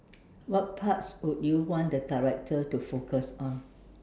what parts would you want the director to focus on